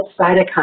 cytokines